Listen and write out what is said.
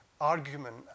argument